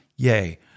Yay